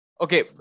okay